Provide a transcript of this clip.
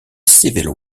civil